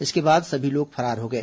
इसके बाद सभी लोग फरार हो गए